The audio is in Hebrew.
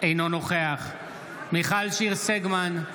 אינו נוכח מיכל שיר סגמן,